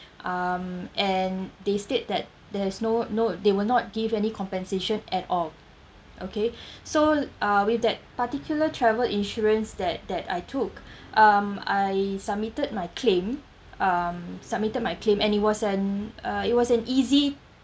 um and they said that there's no no they will not give any compensation at all okay so uh with that particular travel insurance that that I took um I submitted my claim um submitted my claim and it was an uh it was an easy